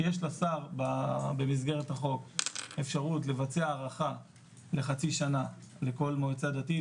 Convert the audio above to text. יש לשר במסגרת החוק אפשרות לבצע הארכה לחצי שנה לכל מועצה דתית,